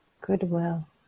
goodwill